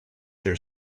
their